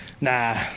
Nah